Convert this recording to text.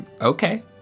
Okay